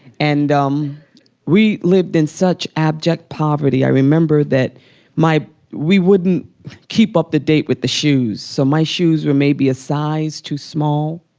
and um we lived in such abject poverty i remember that we wouldn't keep up-to-date with the shoes, so my shoes were maybe a size too small,